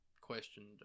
questioned